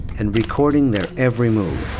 and recording their every move,